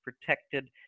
protected